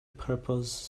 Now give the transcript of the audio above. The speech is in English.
purpose